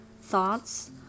thoughts